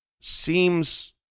seems